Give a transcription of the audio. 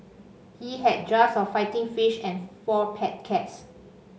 he had jars of fighting fish and four pet cats